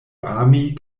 ami